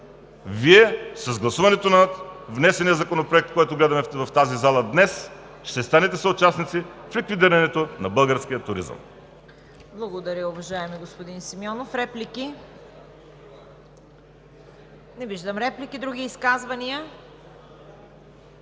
с гласуването на внесения Законопроект, който гледаме в тази зала днес, ще Вие станете съучастници в ликвидирането на българския туризъм.